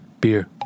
Beer